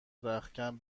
رختکن